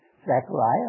Zechariah